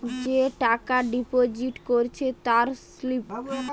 যে টাকা ডিপোজিট করেছে তার স্লিপ